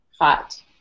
Hot